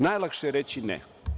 Najlakše je reći ne.